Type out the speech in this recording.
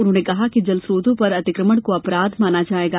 उन्होंने कहा कि जल स्त्रोतों पर अतिक्रमण को अपराध माना जाएगा